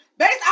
Based